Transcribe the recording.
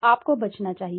आपको बचना चाहिए